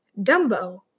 Dumbo